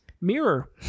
Mirror